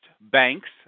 Banks